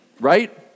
right